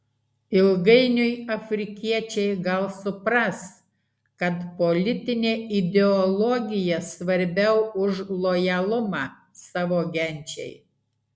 ilgainiui afrikiečiai gal supras kad politinė ideologija svarbiau už lojalumą savo genčiai